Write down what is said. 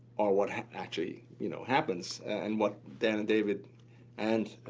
are what, actually, you know, happens and what dan and david and,